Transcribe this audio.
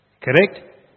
Correct